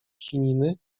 chininy